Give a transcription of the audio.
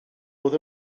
oedd